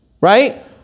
right